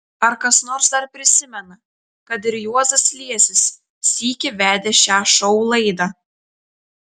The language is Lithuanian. ar kas nors dar prisimena kad ir juozas liesis sykį vedė šią šou laidą